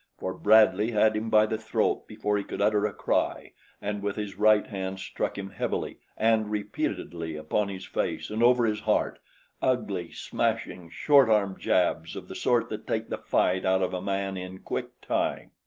for bradley had him by the throat before he could utter a cry and with his right hand struck him heavily and repeatedly upon his face and over his heart ugly, smashing, short-arm jabs of the sort that take the fight out of a man in quick time.